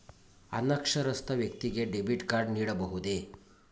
ಅನಕ್ಷರಸ್ಥ ವ್ಯಕ್ತಿಗೆ debit card ನೀಡಬಹುದೇ?